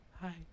hi